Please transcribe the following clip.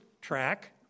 track